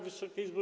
Wysoka Izbo!